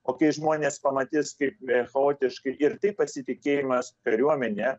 o kai žmonės pamatys kaip chaotiškai ir taip pasitikėjimas kariuomene